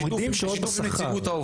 מורידים שעות בשכר.